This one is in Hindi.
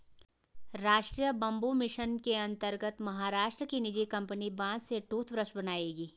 राष्ट्रीय बंबू मिशन के अंतर्गत महाराष्ट्र की निजी कंपनी बांस से टूथब्रश बनाएगी